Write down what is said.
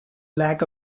lack